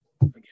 again